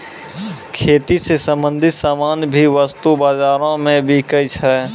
खेती स संबंछित सामान भी वस्तु बाजारो म बिकै छै